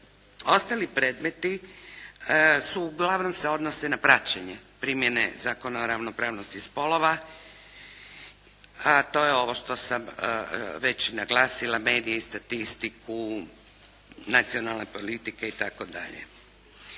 Ostali predmeti uglavnom se odnose na praćenje primjene Zakona o ravnopravnosti spolova a to je ovo što sam već naglasila, medije, statistiku, nacionalne politike itd.